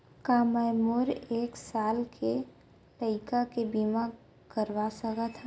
का मै मोर एक साल के लइका के बीमा करवा सकत हव?